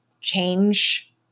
change